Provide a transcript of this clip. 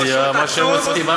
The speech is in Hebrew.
אני מציע מה שהם רוצים.